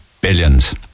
billions